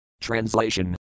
Translation